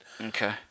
Okay